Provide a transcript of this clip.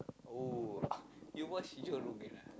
oh you watch your ah